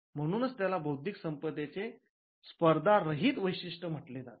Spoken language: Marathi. म्हणूनच त्याला बौद्धिक संपदेचे 'स्पर्धा रहित वैशिष्ट' असे म्हटले जाते